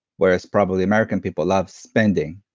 whereas probably american people love spending,